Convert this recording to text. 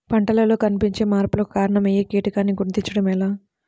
పంటలలో కనిపించే మార్పులకు కారణమయ్యే కీటకాన్ని గుర్తుంచటం ఎలా?